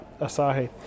asahi